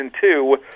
two